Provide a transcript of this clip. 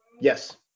Yes